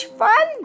fun